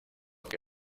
que